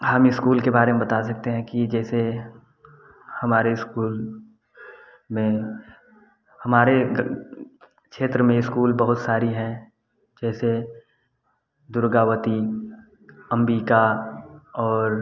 हम इस्कूल के बारे में बता सकते हैं कि जैसे हमारे इस्कूल में हमारे क्षेत्र में इस्कूल बहुत सारी हैं जैसे दुर्गावती अम्बिका और